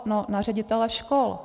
No na ředitele škol.